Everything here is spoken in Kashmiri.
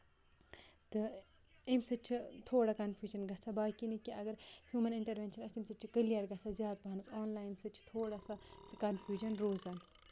تہٕ اَمہِ سۭتۍ چھُ تھوڑا کَنفیٚوٗجن گژھان باقٕے نہٕ کیٚنٛہہ اَگر ہیٚوٗمن اِنٹروینشن آسہِ تَمہِ سۭتۍ چھُ کٔلیر گژھان زیادٕ پہمَتھ آن لاین سۭتۍ چھُ تھوڑا سا کَنفیٚوٗجن روزان